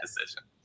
decision